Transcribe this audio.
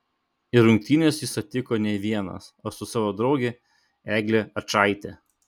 į rungtynes jis atvyko ne vienas o su savo drauge egle ačaite